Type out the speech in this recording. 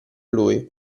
lui